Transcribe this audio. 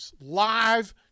live